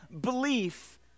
belief